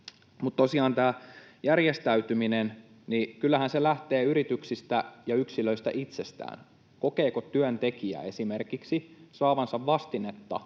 Mutta tosiaan tämä järjestäytyminenhän lähtee yrityksistä ja yksilöstä itsestään, siitä, kokeeko työntekijä esimerkiksi saavansa vastinetta